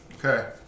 Okay